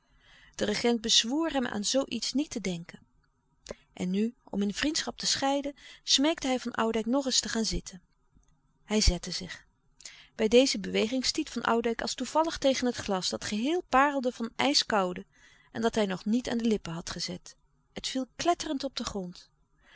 de regent bezwoer hem aan zoo iets niet te denken en nu om in vriendschap te scheiden smeekte hij van oudijck nog eens te gaan zitten hij zette zich bij deze beweging stiet van oudijck als toevallig tegen het glas dat geheel parelde van ijskoude en dat hij nog niet aan de lippen had gezet het viel kletterend op den grond